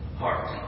heart